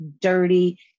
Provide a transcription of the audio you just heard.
dirty